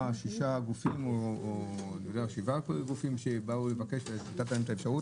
שישה או שבעה גופים שבאו לבקש להתייחס ונתת להם אפשרות,